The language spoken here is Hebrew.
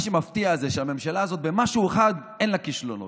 מה שמפתיע זה שבמשהו אחד אין לממשלה הזאת כישלונות,